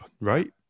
right